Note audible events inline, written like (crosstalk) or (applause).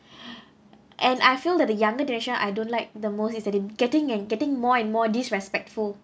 (breath) and I feel that the younger generation I don't like the most is that they getting and getting more and more disrespectful